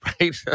right